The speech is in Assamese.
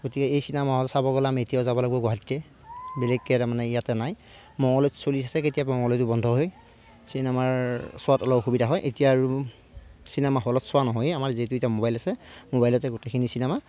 গতিকে এই চিনেমা হল চাব গ'লে আমি এতিয়াও যাব লাগিব গুৱাহাটীতে বেলেগকৈ তাৰমানে ইয়াতে নাই মঙ্গলদৈত এতিয়া মঙ্গলদৈৰটো বন্ধ হৈ চিনেমাৰ চোৱাত অলপ অসুবিধা হয় এতিয়াটো চিনেমা হলত চোৱা নহয়েই আমাৰ যিহেতু এতিয়া ম'বাইল আছে ম'বাইলতে গোটেইখিনি চিনেমা